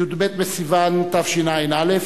י"ב בסיוון התשע"א,